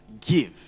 give